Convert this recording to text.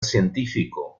científico